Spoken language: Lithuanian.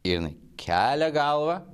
jinai kelia galvą